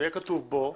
העברה.